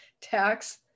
tax